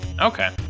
Okay